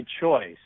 choice